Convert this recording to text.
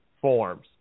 forms